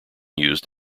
used